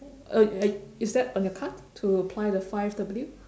uh uh is that on your card to apply the five W